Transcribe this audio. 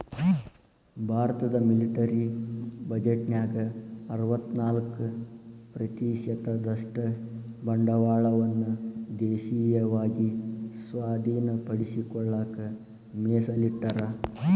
ಭಾರತದ ಮಿಲಿಟರಿ ಬಜೆಟ್ನ್ಯಾಗ ಅರವತ್ತ್ನಾಕ ಪ್ರತಿಶತದಷ್ಟ ಬಂಡವಾಳವನ್ನ ದೇಶೇಯವಾಗಿ ಸ್ವಾಧೇನಪಡಿಸಿಕೊಳ್ಳಕ ಮೇಸಲಿಟ್ಟರ